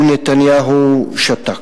ונתניהו שתק.